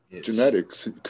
Genetics